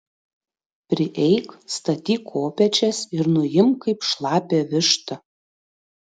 prieik statyk kopėčias ir nuimk kaip šlapią vištą